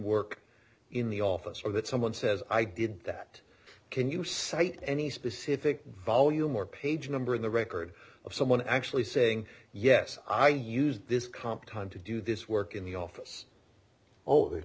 ready in the office or that someone says i did that can you cite any specific volume or page number in the record of someone actually saying yes i used this comp time to do this work in the office all the